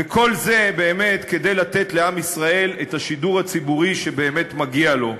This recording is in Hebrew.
וכל זה באמת כדי לתת לעם ישראל את השידור הציבורי שבאמת מגיע לו.